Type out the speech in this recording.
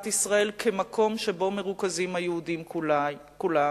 ישראל כמקום שבו מרוכזים היהודים כולם,